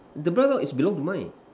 the brown dog is belong to mine